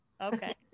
okay